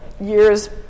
years